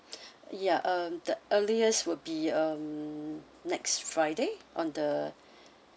ya um the earliest would be um next friday on the